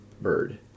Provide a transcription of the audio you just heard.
bird